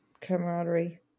camaraderie